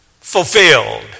fulfilled